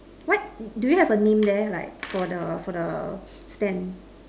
what do you have a name there like for the for the stand